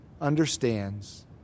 understands